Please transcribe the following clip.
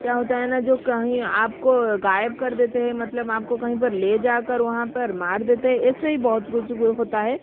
क्या होता है ना जो कहीं आपको गायब कर देते है मतलब आपको कहीं पर ले जाकर वहाँ पर मार देते है ऐसे ही बहुत कुछ हो होता है